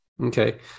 Okay